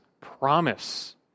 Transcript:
promise